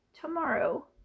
tomorrow